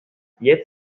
yet